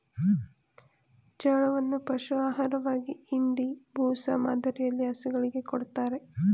ಜೋಳವನ್ನು ಪಶು ಆಹಾರವಾಗಿ ಇಂಡಿ, ಬೂಸ ಮಾದರಿಯಲ್ಲಿ ಹಸುಗಳಿಗೆ ಕೊಡತ್ತರೆ